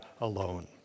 alone